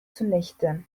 zunichte